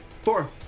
Four